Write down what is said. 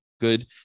Good